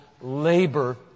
Labor